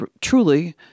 truly